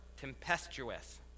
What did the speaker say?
tempestuous